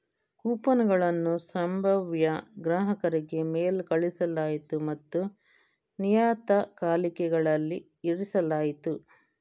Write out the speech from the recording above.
ಕೂಪನುಗಳನ್ನು ಸಂಭಾವ್ಯ ಗ್ರಾಹಕರಿಗೆ ಮೇಲ್ ಕಳುಹಿಸಲಾಯಿತು ಮತ್ತು ನಿಯತಕಾಲಿಕೆಗಳಲ್ಲಿ ಇರಿಸಲಾಯಿತು